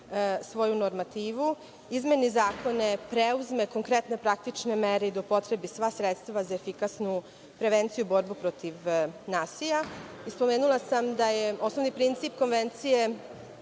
svoju normativu, izmeni zakone, preuzme konkretne praktične mere i da upotrebi sva sredstva za efikasnu prevenciju i borbu protiv nasilja. Spomenula sam da je osnovni princip konvencije